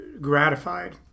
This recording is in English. gratified